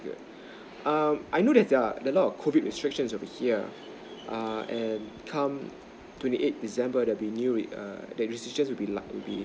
um I know there's err there's lot COVID restrictions over here err and come twenty eight december there'll be new re~ err the restriction would be luc~ would be